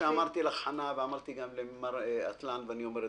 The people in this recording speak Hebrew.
כפי שאמרתי לך ואמרתי גם למר אטלן ואני אומר כאן: